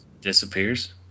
Disappears